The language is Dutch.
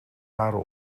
waren